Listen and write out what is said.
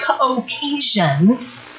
occasions